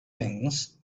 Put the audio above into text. things